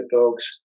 folks